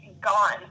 gone